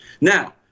Now